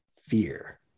fear